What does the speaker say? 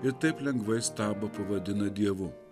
ir taip lengvai stabą pavadina dievu